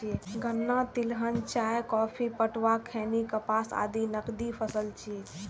गन्ना, तिलहन, चाय, कॉफी, पटुआ, खैनी, कपास आदि नकदी फसल छियै